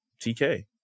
TK